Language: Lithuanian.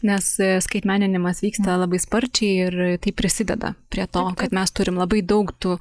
nes skaitmeninimas vyksta labai sparčiai ir tai prisideda prie to kad mes turim labai daug tų